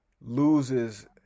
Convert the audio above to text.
loses